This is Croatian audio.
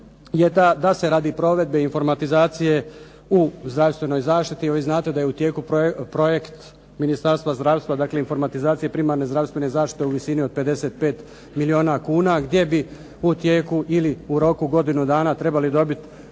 da se radi provedbe informatizacije u zdravstvenoj zaštiti, a vi znate da je u tijeku projekt Ministarstva zdravstva, dakle informatizacije primarne zdravstvene zaštite u visini od 55 milijuna kuna gdje bi u tijeku ili u roku godinu dana trebali dobiti